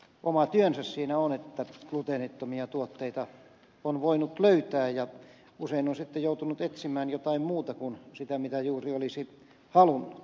oma työnsä siinä on että gluteenittomia tuotteita on voinut löytää ja usein on sitten joutunut etsimään jotain muuta kuin sitä mitä juuri olisi halunnut